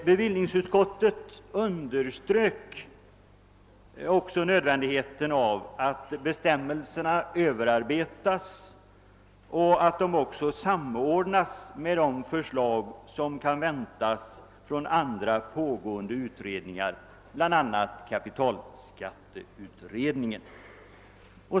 Bevillningsutskottet underströk också nödvändigheten av att bestämmelserna överarbetas och att en samordning görs med de förslag som kan väntas från andra pågående utredningar, bl.a. kapitalskatteberedningen.